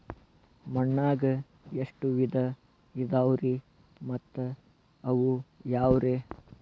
ಮಣ್ಣಾಗ ಎಷ್ಟ ವಿಧ ಇದಾವ್ರಿ ಮತ್ತ ಅವು ಯಾವ್ರೇ?